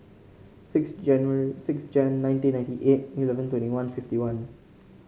six January six Jan nineteen ninety eight eleven twenty one fifty one